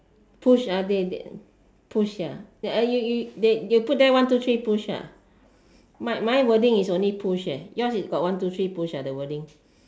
push they they push ya uh you you they put there one two three push ah my my wording is only push eh yours is got one two three push ah the wording